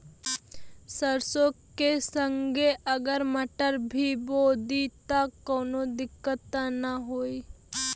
सरसो के संगे अगर मटर भी बो दी त कवनो दिक्कत त ना होय?